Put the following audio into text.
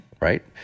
right